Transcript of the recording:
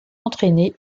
entraîner